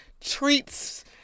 treats